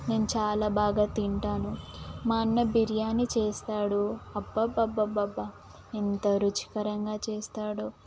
నేను చాలా బాగా తింటాను మా అన్న బిర్యాని చేస్తాడు అబ్బబ్బబ్బబ్బ ఎంత రుచికరంగా చేస్తాడో